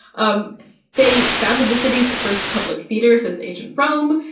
um they founded the city's first public theater since ancient rome.